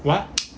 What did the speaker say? what